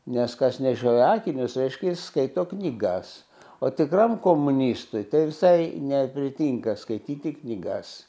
nes kas nešioja akinius reiškia jis skaito knygas o tikram komunistui tai visai nepritinka skaityti knygas